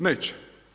Neće.